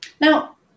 Now